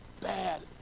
bad